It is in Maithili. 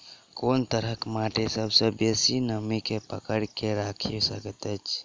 कोन तरहक माटि सबसँ बेसी नमी केँ पकड़ि केँ राखि सकैत अछि?